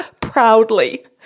proudly